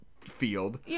field